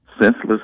senseless